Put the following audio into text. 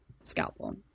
scalpel